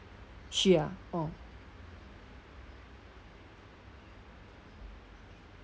she ah oh